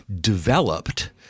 developed